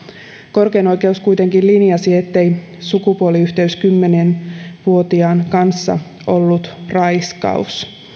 korkein oikeus kuitenkin linjasi ettei sukupuoliyhteys kymmenen vuotiaan kanssa ollut raiskaus